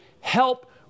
help